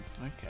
Okay